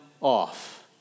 off